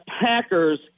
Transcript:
Packers